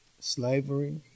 slavery